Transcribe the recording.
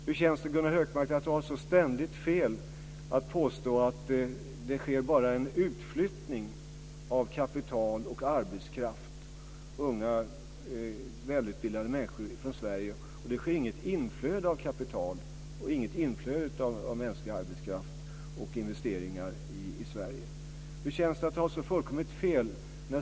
Hur känns det, Gunnar Hökmark, att ha så ständigt fel i påståendet att det bara sker en utflyttning av kapital och arbetskraft, unga välutbildade människor, från Sverige och inget inflöde av kapital, mänsklig arbetskraft och investeringar till Sverige? Hur känns det att ha så fullkomlig fel?